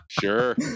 Sure